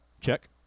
Check